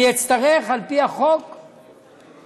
אני אצטרך על-פי התקנון